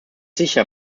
sicher